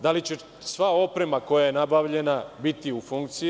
Da li će sva oprema koja je nabavljena biti u funkciji?